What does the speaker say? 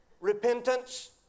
repentance